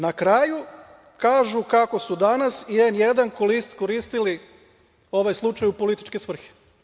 Na kraju, kažu kako su danas i N1 koristili ovaj slučaj u političke svrhe.